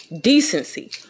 decency